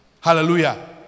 Hallelujah